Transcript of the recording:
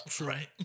Right